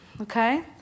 Okay